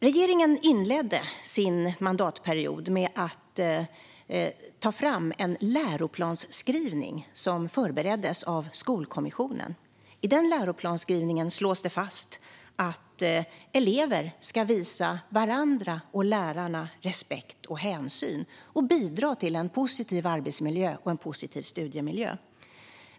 Regeringen inledde mandatperioden med att ta fram en läroplansskrivning som förbereddes av Skolkommissionen. I läroplansskrivningen slås det fast att elever ska visa varandra och lärarna respekt och hänsyn och bidra till en positiv arbetsmiljö och en positiv studiemiljö.